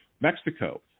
Mexico